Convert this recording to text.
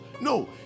no